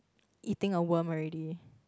eating a worm already